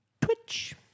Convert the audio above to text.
Twitch